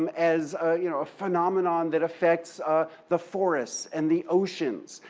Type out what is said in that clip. um as you know a phenomenon that affects the forests and the oceans,